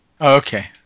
Okay